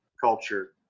culture